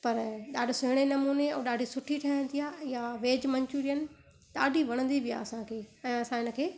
पर ॾाढो सुहिणे नमूने ऐं ॾाढी सुठी ठहंदी आहे इहा वेज मंचूरियन ॾाढी वणंदी बि आहे असांखे ऐं असां इन खे